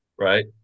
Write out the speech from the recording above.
Right